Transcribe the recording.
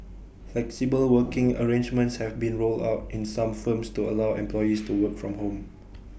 flexible working arrangements have been rolled out in some firms to allow employees to work from home